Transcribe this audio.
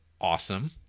awesome